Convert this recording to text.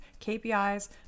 kpis